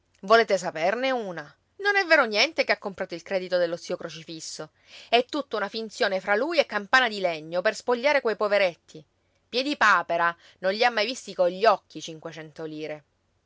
volete saperne una non è vero niente che ha comprato il credito dello zio crocifisso è tutta una finzione fra lui e campana di legno per spogliare quei poveretti piedipapera non li ha mai visti cogli occhi cinquecento lire